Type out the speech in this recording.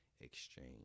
exchange